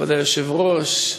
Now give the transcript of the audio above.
כבוד היושב-ראש,